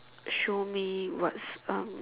show me what's um